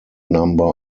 number